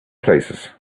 places